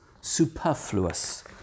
superfluous